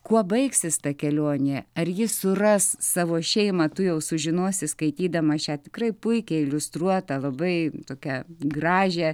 kuo baigsis ta kelionė ar ji suras savo šeimą tu jau sužinosi skaitydama šią tikrai puikiai iliustruotą labai tokią gražią